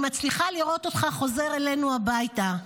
אני מצליחה לראות אותך חוזר אלינו הביתה.